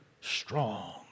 strong